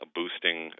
boosting